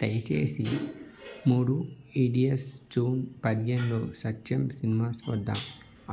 దయచేసి మూడు Idiots June పజ్జెందో సత్యం సినిమాస్ వద్ద